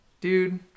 Dude